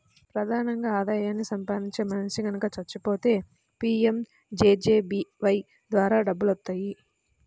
ప్రధానంగా ఆదాయాన్ని సంపాదించే మనిషి గనక చచ్చిపోతే పీయంజేజేబీవై ద్వారా డబ్బులొత్తాయి